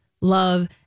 Love